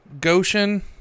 Goshen